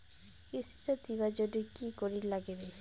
কিস্তি টা দিবার জন্যে কি করির লাগিবে?